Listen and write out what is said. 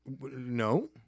No